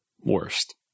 worst